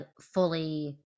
fully